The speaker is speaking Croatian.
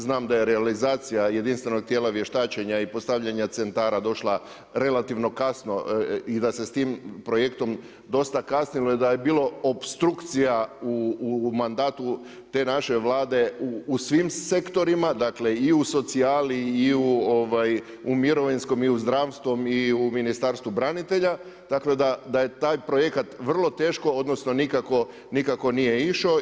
Znam da je realizacija jedinstvenog tijela vještačenja i postavljanja centara došla relativno kasno i da se sa tim projektom dosta kasnilo i da je bilo opstrukcija u mandatu te naše Vlade u svim sektorima, dakle i u socijali i u mirovinskom i u zdravstvu i u Ministarstvu branitelja tako da je taj projekat vrlo teško odnosno nikako nije išao.